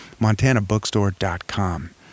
montanabookstore.com